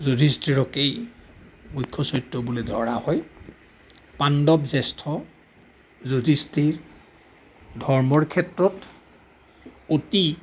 যুধিষ্ঠিৰকেই মুখ্য চৰিত্ৰ বুলি ধৰা হয় পাণ্ডৱ জ্যেষ্ঠ যুধিষ্ঠিৰ ধৰ্মৰ ক্ষেত্ৰত অতি